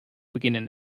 beginnen